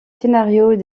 scénarios